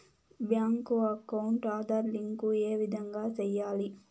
Bank account Aadhaar link ఏ విధంగా సెయ్యాలి?